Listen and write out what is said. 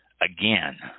Again